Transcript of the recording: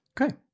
Okay